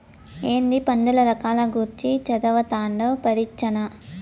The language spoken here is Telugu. ఏందీ పందుల రకాల గూర్చి చదవతండావ్ పరీచ్చనా